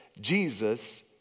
Jesus